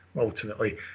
ultimately